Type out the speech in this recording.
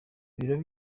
ibiro